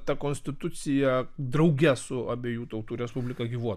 ta konstitucija drauge su abiejų tautų respublika gyvuotų